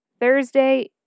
Thursday